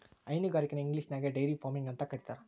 ಹೈನುಗಾರಿಕೆನ ಇಂಗ್ಲಿಷ್ನ್ಯಾಗ dairy farming ಅಂತ ಕರೇತಾರ